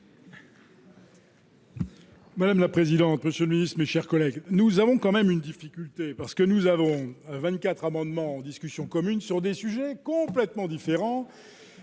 Madame la présidente, monsieur le Ministre, mes chers collègues, nous avons quand même une difficulté parce que nous avons 24 amendements en discussion commune sur des sujets. Complètement différent,